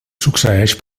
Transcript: succeeix